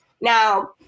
Now